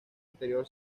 interior